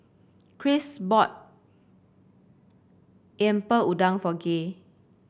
Christ bought Lemper Udang for Gay